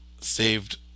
saved